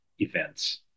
events